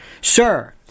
Sir